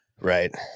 right